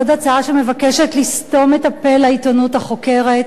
עוד הצעה שמבקשת לסתום את הפה לעיתונות החוקרת.